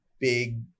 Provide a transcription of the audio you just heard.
big